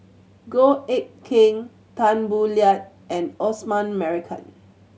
Goh Eck Kheng Tan Boo Liat and Osman Merican